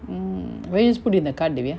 mm why you just put in the cart dyvia